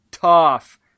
Tough